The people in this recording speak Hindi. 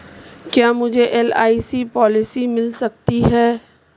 क्या मुझे एल.आई.सी पॉलिसी मिल सकती है?